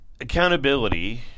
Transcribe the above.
Accountability